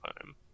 time